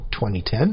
2010